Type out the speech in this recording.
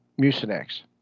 Mucinex